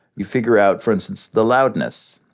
you figure out, for instance, the loudness,